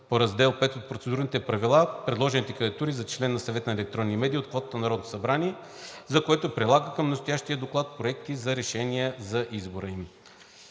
на Раздел V от Процедурните правила предложените кандидатури за член на Съвета за електронни медии от квотата на Народното събрание, за което прилага към настоящия доклад проекти на решения за избора им.“